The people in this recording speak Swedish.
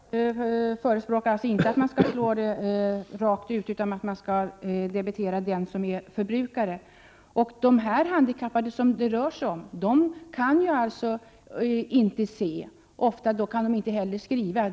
Herr talman! Jag förespråkar inte att man skall ta det rakt över, utan att man skall debitera den som är förbrukare. De handikappade som det här rör sig om kan inte se, och därför ofta inte heller skriva.